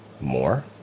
more